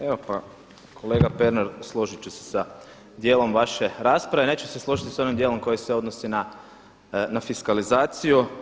Evo pa kolega Pernar, složit ću se sa djelom vaše rasprave, neću se složiti s onim djelom koji se odnosi na fiskalizaciju.